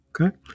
Okay